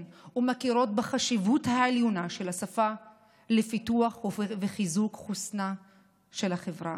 ומכירות בחשיבות העליונה של השפה לפיתוח וחיזוק חוסנה של החברה.